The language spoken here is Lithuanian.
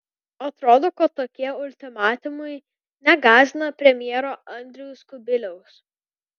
atrodo kad tokie ultimatumai negąsdina premjero andriaus kubiliaus